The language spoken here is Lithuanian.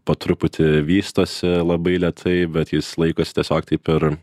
po truputį vystosi labai lėtai bet jis laikosi tiesiog taip ir